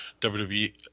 WWE